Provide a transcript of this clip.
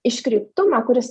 iškreiptumą kuris